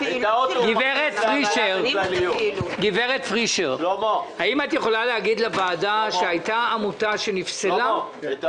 גברת פרישר, האם את יכולה להגיד לוועדה, האם היה